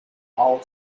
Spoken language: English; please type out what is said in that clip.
all